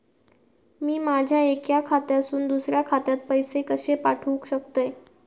मी माझ्या एक्या खात्यासून दुसऱ्या खात्यात पैसे कशे पाठउक शकतय?